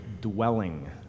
Dwelling